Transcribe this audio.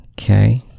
Okay